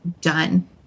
done